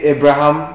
Abraham